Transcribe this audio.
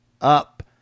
up